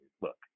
look